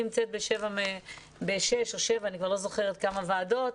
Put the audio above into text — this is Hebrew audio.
נמצאת בשש או שבע אני כבר לא זוכרת כמה ועדות.